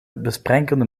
besprenkelde